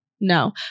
No